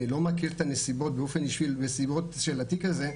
אני לא מכיר את הנסיבות של התיק הזה.